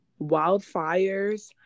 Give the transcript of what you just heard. Wildfires